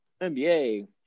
NBA